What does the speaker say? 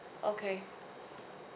okay